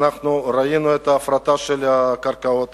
ראינו את ההפרטה של הקרקעות